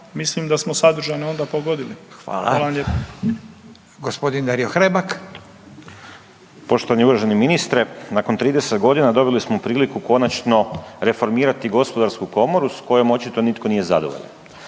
Hvala. Gospodin Dario Hrebak. **Hrebak, Dario (HSLS)** Poštovani uvaženi ministre, nakon 30 godina dobili smo priliku konačno reformirati gospodarsku komoru s kojom očito nitko nije zadovoljan.